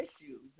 issues